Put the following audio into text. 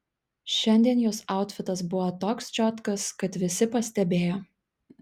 šiandien jos autfitas buvo toks čiotkas kad visi pastebėjo